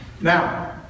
Now